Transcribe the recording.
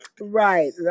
Right